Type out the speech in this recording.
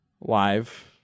live